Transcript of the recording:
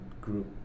group